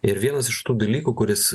ir vienas iš tų dalykų kuris